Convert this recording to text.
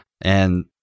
And-